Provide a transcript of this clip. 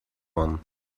one